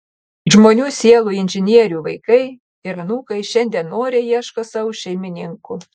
žmonių sielų inžinierių vaikai ir anūkai šiandien noriai ieško sau šeimininkų